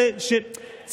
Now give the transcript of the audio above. וזה דבר לא פשוט ולא מובן,